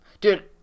Dude